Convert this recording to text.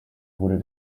wurde